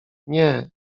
nie